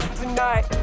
tonight